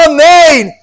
Amen